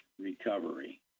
recovery